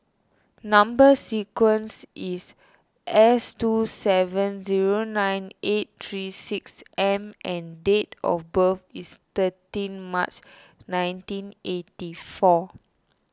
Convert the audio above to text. Number Sequence is S two seven zero nine eight three six M and date of birth is thirteen March nineteen eighty four